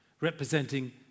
representing